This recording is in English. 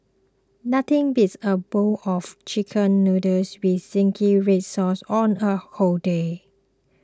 nothing beats a bowl of Chicken Noodles with Zingy Red Sauce on a whole day